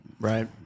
Right